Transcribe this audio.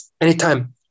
anytime